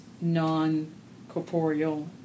non-corporeal